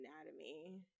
Anatomy